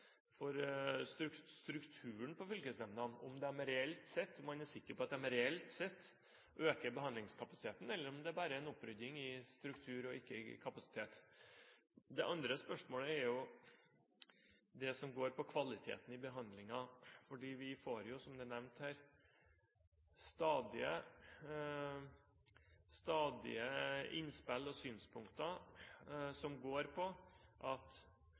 er sikker på at de tiltakene som han viser til for strukturen på fylkesnemndene, reelt sett øker behandlingskapasiteten, eller om det bare er en opprydning i struktur og ikke i kapasitet. Det andre spørsmålet er det som går på kvaliteten i behandlingen. Vi får, som nevnt her, stadige innspill og synspunkter som går på at